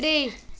ترٛےٚ